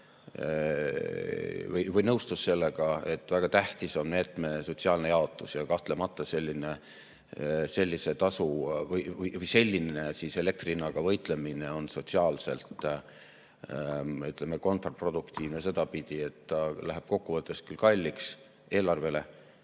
või nõustus sellega, et väga tähtis on meetme sotsiaalne jaotus. Kahtlemata selline elektri hinnaga võitlemine on sotsiaalselt kontraproduktiivne sedapidi, et ta läheb kokkuvõttes küll kalliks eelarvele,